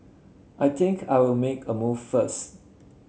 I think I'll make a move first